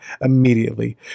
immediately